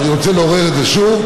אבל אני רוצה לעורר את זה שוב.